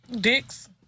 Dicks